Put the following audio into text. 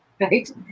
right